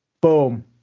Boom